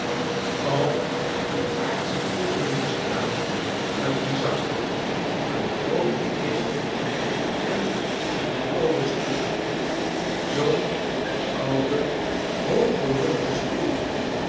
al hun aardsche goederen bestaan uit een zak een groote kist en een ouden stoel schetseist uit amerika zoo'n ouden hooggerugden stoel